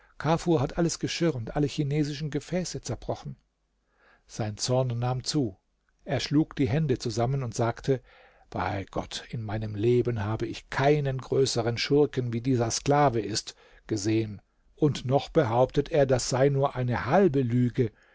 hat alles geschirr und alle chinesischen gefäße zerbrochen sein zorn nahm zu er schlug die hände zusammen und sagte bei gott in meinem leben habe ich keinen größeren schurken wie dieser sklave ist gesehen und noch behauptet er das sei nur eine halbe lüge